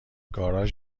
گاراژ